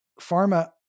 pharma